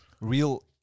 real